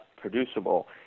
producible